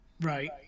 Right